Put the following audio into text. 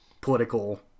political